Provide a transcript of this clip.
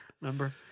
Remember